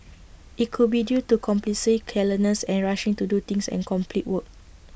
IT could be due to carelessness and rushing to do things and complete work